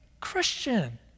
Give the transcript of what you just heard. Christian